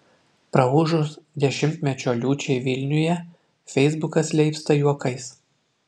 praūžus dešimtmečio liūčiai vilniuje feisbukas leipsta juokais